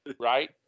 right